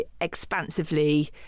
expansively